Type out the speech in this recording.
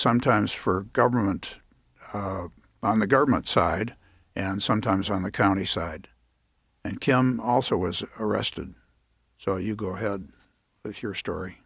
sometimes for government on the government side and sometimes on the county side and kim also was arrested so you go ahead with your story